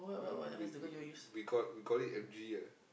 I we we we call it we call it M_G ah